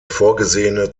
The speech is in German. vorgesehene